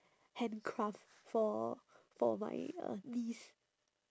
hand craft for for my uh niece